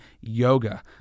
Yoga